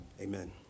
Amen